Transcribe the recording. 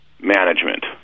management